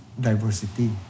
diversity